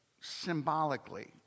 symbolically